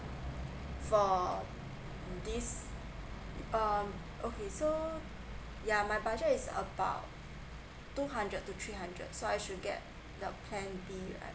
for this um okay so yeah my budget is about two hundred to three hundred so I should get the plan B